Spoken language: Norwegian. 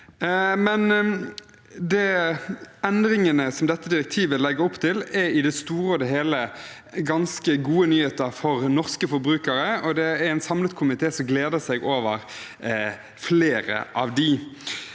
Endringene som dette direktivet legger opp til, er i det store og hele ganske gode nyheter for norske forbrukere, og det er en samlet komité som gleder seg over flere av dem.